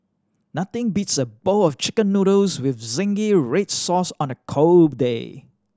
nothing beats a bowl of Chicken Noodles with zingy red sauce on a cold day